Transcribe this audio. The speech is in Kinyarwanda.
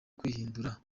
kwihindura